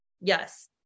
Yes